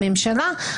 הממשלה,